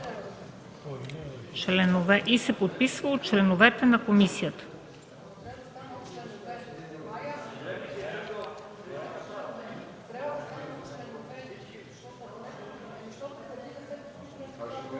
„и се подписва от членовете на комисията”.